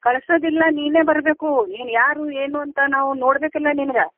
ಕಳ್ಸೋದಿಲ್ಲ ನೀನೇ ಬರಬೇಕು ನೀನು ಯಾರು ಏನು ಅಂತ ನಾವು ನೋಡಬೇಕಲ್ಲ ನಿನಗ